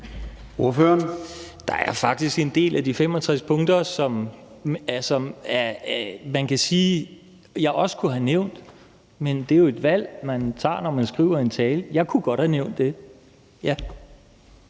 Der er faktisk en del af de 65 punkter, som man kan sige at jeg også kunne have nævnt, men det er jo et valg, man tager, når man skriver en tale. Jeg kunne godt have nævnt det,